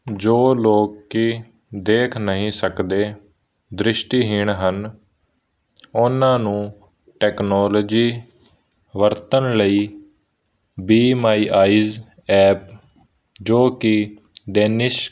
ਜੋ ਲੋਕੀ ਦੇਖ ਨਹੀਂ ਸਕਦੇ ਦ੍ਰਿਸ਼ਟੀਹੀਣ ਹਨ ਉਹਨਾਂ ਨੂੰ ਟੈਕਨੋਲੋਜੀ ਵਰਤਣ ਲਈ ਵੀ ਮਾਈ ਆਈਜ ਐਪ ਜੋ ਕਿ ਡੈਨਿਸ਼